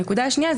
הנקודה השנייה זה